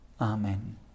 Amen